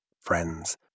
friends